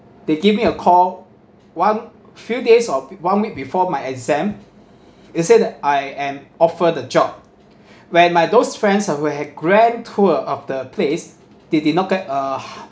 they give me a call one few days or one week before my exam it said I am offered the job when my those friends all who had grand tour of the place they did not get uh